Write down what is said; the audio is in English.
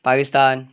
Pakistan